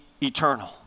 eternal